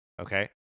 okay